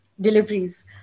deliveries